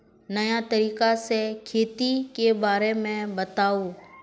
नया तरीका से खेती के बारे में बताऊं?